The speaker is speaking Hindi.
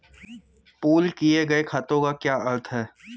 पूल किए गए खातों का क्या अर्थ है?